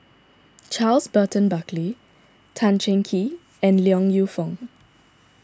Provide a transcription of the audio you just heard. Charles Burton Buckley Tan Cheng Kee and Yong Lew Foong